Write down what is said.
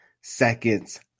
seconds